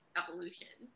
evolution